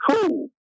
cool